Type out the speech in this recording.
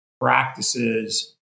practices